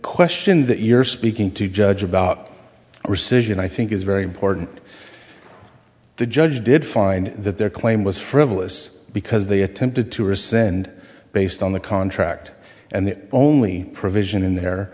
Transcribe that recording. question that you're speaking to judge about recision i think is very important the judge did find that their claim was frivolous because they attempted to resend based on the contract and the only provision in there